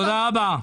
תודה רבה.